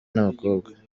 n’abakobwa